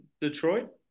Detroit